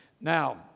Now